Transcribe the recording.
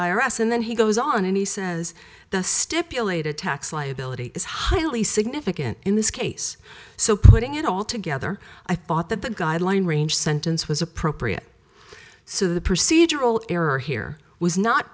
s and then he goes on and he says the stipulated tax liability is highly significant in this case so putting it all together i thought that the guideline range sentence was appropriate so the procedural error here was not